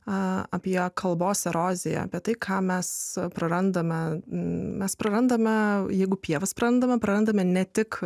apie kalbos eroziją apie tai ką mes prarandame mes prarandame jeigu pievas prarandame prarandame ne tik